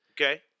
Okay